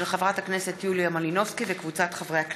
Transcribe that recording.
של חברת הכנסת יוליה מלינובסקי וקבוצת חברי הכנסת.